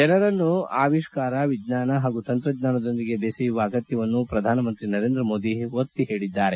ಜನರನ್ನು ಅವಿಷ್ಣಾರ ವಿಜ್ಙಾನ ಹಾಗೂ ತಂತ್ರಜ್ಞಾನದೊಂದಿಗೆ ಬೆಸೆಯುವ ಅಗತ್ಯವನ್ನು ಶ್ರಧಾನಮಂತ್ರಿ ನರೇಂದ್ರ ಮೋದಿ ಒತ್ತಿ ಹೇಳಿದ್ದಾರೆ